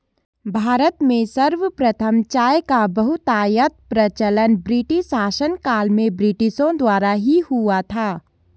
भारत में सर्वप्रथम चाय का बहुतायत प्रचलन ब्रिटिश शासनकाल में ब्रिटिशों द्वारा ही हुआ था